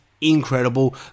incredible